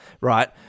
right